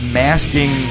masking